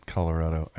Colorado